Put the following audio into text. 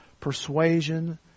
Persuasion